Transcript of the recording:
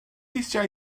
eisiau